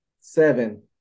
seven